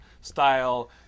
style